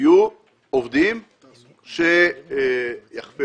יהיו עובדים שיחפרו,